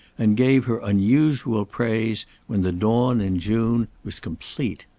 and gave her unusual praise when the dawn in june was complete.